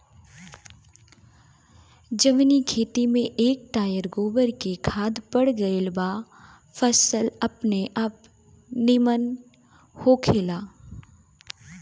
जवनी खेत में एक टायर गोबर के खाद पड़ गईल बा फसल अपनेआप निमन होखेला